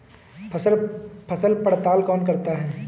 फसल पड़ताल कौन करता है?